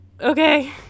okay